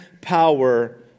power